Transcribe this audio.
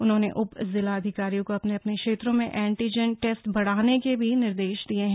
उन्होने उपजिलधिकारियों को अपने अपने क्षेत्रों में एंटीजन टेस्ट बढाने के भी निर्देश दियें है